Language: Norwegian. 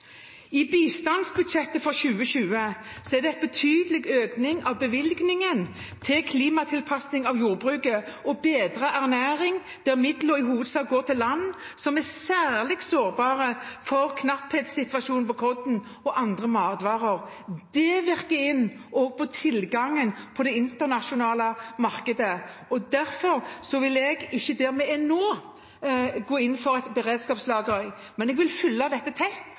I bistandsbudsjettet for 2020 er det en betydelig økning av bevilgningen til klimatilpasning av jordbruket og bedret ernæring, der midlene i hovedsak går til land som er særlig sårbare for en knapphetssituasjon på korn og andre matvarer. Det virker også inn på tilgangen på det internasjonale markedet. Derfor vil jeg ikke ennå gå inn for et beredskapslager, men jeg vil følge dette tett